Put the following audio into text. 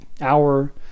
hour